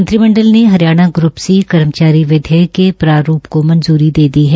मंत्रिमंडल ने Haryana group C कर्मचारी विधेयक के प्रारूप को मंजुरी दे दी है